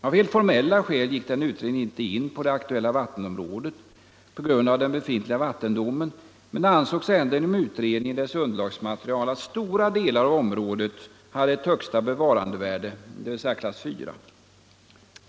Av helt formella skäl berörde den utredningen inte det aktuella vattenområdet på grund av den befintliga vattendomen, men det framgick ändå av utredningens underlagsmaterial att stora delar av området hade högsta bevarandevärde, dvs. borde ligga i klass 4.